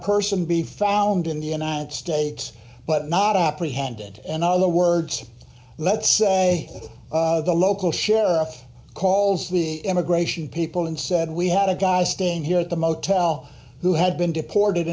person be found in the united states but not apprehended in other words let's say the local sheriff calls the immigration people and said we had a guy staying here at the motel who had been deported